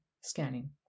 scanning